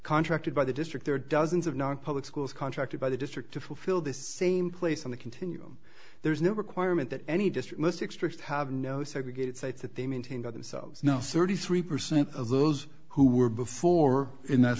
contracted by the district there are dozens of nonpublic schools contracted by the district to fulfill the same place on the continuum there is no requirement that any just realistic strict have no segregated states that they maintain by themselves no thirty three percent of those who were before in that